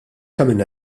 għamilna